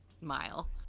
mile